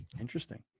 Interesting